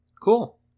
Cool